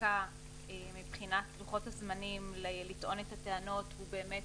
בחקיקה מבחינת לוחות הזמנים לטעון את הטענות הוא באמת